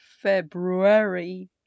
February